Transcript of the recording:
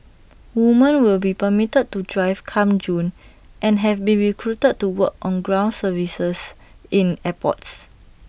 women will be permitted to drive come June and have been recruited to work ground service in airports